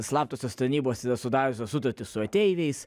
slaptosios tarnybos yra sudariusios sutartį su ateiviais